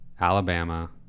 alabama